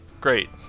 Great